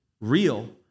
Real